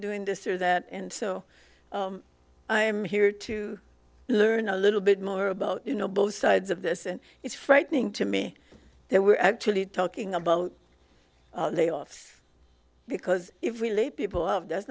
doing this or that and so i am here to learn a little bit more about you know both sides of this and it's frightening to me there we're actually talking about layoffs because if we lay people of that's